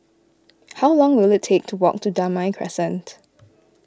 how long will it take to walk to Damai Crescent